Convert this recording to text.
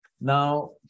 Now